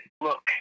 look